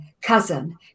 cousin